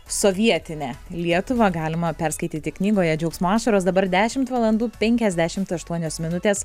sovietinę lietuvą galima perskaityti knygoje džiaugsmo ašaros dabar dešimt valandų penkiasdešimt aštuonios minutės